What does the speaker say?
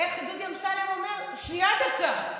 איך דודי אמסלם אומר, "שנייה, דקה".